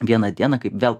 vieną dieną kai vėl